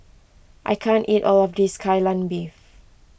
I can't eat all of this Kai Lan Beef